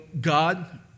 God